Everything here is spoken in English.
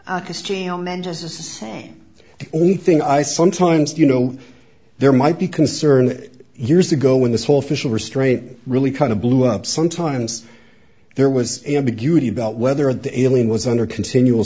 the only thing i sometimes do you know there might be concern years ago when this whole fischler strait really kind of blew up sometimes there was ambiguity about whether the alien was under continual